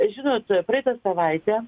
žinot praeitą savaitę